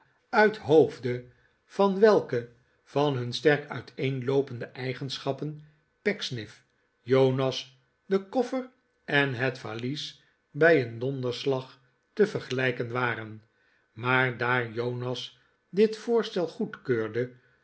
uit hoofde van welke van nun sterk uiteenloopende eigenschappen pecksniff jonas de koffer en het valies bij een donderslag te vergelijken waren maar daar jonas dit voorstel goedkeurde